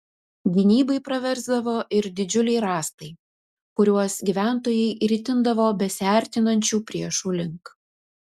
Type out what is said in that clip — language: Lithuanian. gynybai praversdavo ir didžiuliai rąstai kuriuos gyventojai ritindavo besiartinančių priešų link